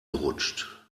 gerutscht